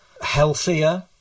healthier